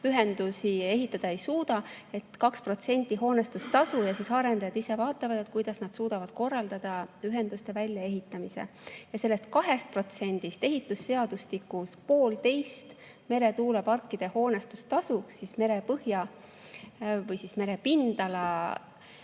ühendusi ehitada ei suuda, et siis 2% hoonestustasu ja arendajad ise vaatavad, kuidas nad suudavad korraldada ühenduste väljaehitamise. Sellest 2%‑st ehitusseadustiku [järgi] läheb 1,5 meretuuleparkide hoonestustasust merepõhja või merepindala